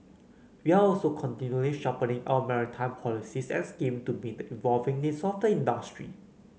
we are also continually sharpening our maritime policies and scheme to meet the evolving needs of the industry